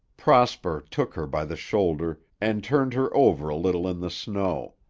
prosper took her by the shoulder and turned her over a little in the snow.